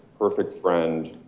perfect friend,